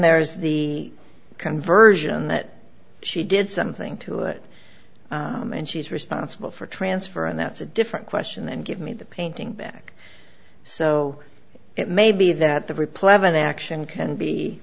there's the conversion that she did something to it and she's responsible for transfer and that's a different question than give me the painting back so it may be that the replevin action can be